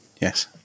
Yes